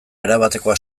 erabatekoa